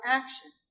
action